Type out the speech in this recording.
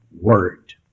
word